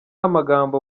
amagambo